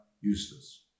useless